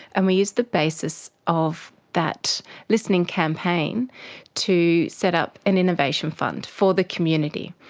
and we used the basis of that listening campaign to set up an innovation fund for the community.